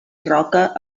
roca